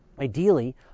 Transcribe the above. Ideally